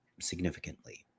significantly